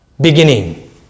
beginning